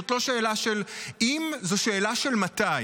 זאת לא שאלה של אם, זו שאלה של מתי.